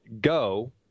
go